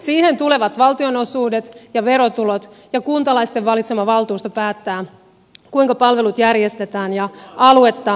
siihen tulevat valtionosuudet ja verotulot ja kuntalaisten valitsema valtuusto päättää kuinka palvelut järjestetään ja aluetta kehitetään